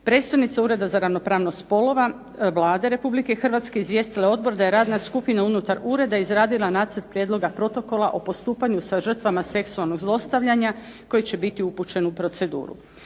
Predstojnica Ureda za ravnopravnost spolova Vlade Republike Hrvatske izvijestila je odbor da je radna skupina unutar ureda izradila nacrt prijedloga protokola o postupanju sa žrtvama seksualnog zlostavljanja koji će biti upućen u proceduru.